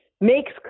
makes